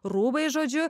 rūbais žodžiu